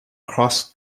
cross